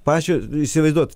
pačios įsivaizduot